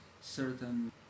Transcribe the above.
certain